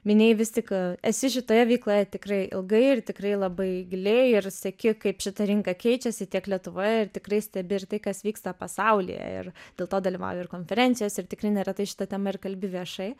minėjai vis tik esi šitoje veikloje tikrai ilgai ir tikrai labai giliai ir seki kaip šita rinka keičiasi tiek lietuvoje ir tikrai stebi ir tai kas vyksta pasaulyje ir dėl to dalyvauji ir konferencijose ir tikrai neretai šita tema ir kalbi viešai